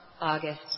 August